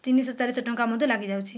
ତିନିଶହ ଚାରିଶହ ଟଙ୍କା ମଧ୍ୟ ଲାଗି ଯାଉଛି